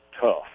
tough